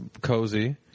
cozy